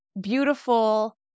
beautiful